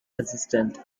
assistant